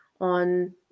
on